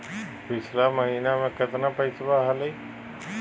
पिछला महीना मे कतना पैसवा हलय?